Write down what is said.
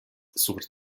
sur